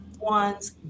one's